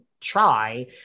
try